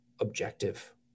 objective